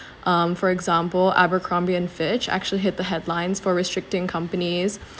um for example Abercrombie and Fitch actually hit the headlines for restricting companies